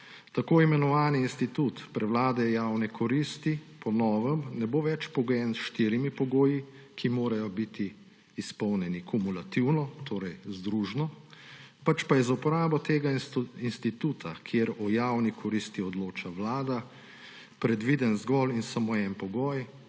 Tako imenovani institut prevlade javne koristi po novem ne bo več pogojen s štirimi pogoji, ki morajo biti izpolnjeni kumulativno, torej združno, pač pa je za uporabo tega instituta, kjer o javni koristi odloča Vlada, predviden zgolj in samo en pogoj,